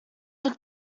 took